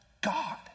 God